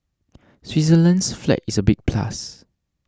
Switzerland's flag is a big plus